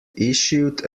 issued